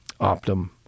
Optum